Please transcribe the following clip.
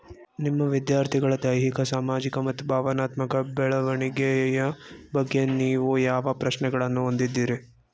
ನಿಮ್ಮ ವಿದ್ಯಾರ್ಥಿಗಳ ದೈಹಿಕ ಸಾಮಾಜಿಕ ಮತ್ತು ಭಾವನಾತ್ಮಕ ಬೆಳವಣಿಗೆಯ ಬಗ್ಗೆ ನೀವು ಯಾವ ಪ್ರಶ್ನೆಗಳನ್ನು ಹೊಂದಿದ್ದೀರಿ?